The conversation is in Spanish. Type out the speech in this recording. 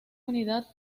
unidad